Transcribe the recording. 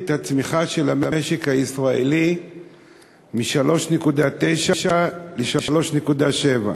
הצמיחה של המשק הישראלי מ-3.9% ל-3.7%